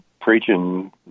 preaching